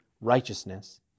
righteousness